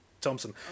Thompson